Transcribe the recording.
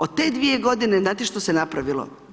Od te 2 g. znate što se je napravilo?